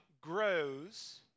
grows